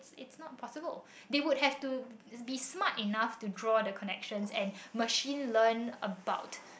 it's not possible they would have to be smart enough to draw the connection and machine learnt about